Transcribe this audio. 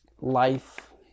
life